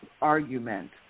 argument